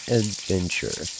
adventure